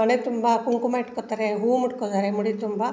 ಹಣೆ ತುಂಬ ಕುಂಕುಮ ಇಟ್ಕೊಳ್ತಾರೆ ಹೂ ಮುಡ್ಕೊಳ್ತಾರೆ ಮುಡಿ ತುಂಬ